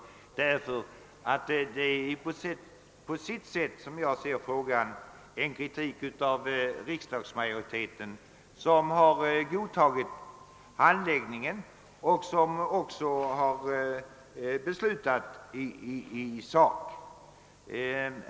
Det innebär ju på sitt sätt en kritik mot riksdagsmajoriteten, som har godtagit handläggningen och även beslutat i sak.